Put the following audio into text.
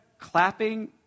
clapping